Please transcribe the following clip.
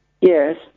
Yes